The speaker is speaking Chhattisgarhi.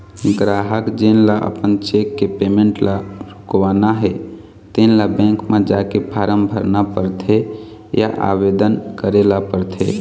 गराहक जेन ल अपन चेक के पेमेंट ल रोकवाना हे तेन ल बेंक म जाके फारम भरना परथे या आवेदन करे ल परथे